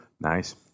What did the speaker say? Nice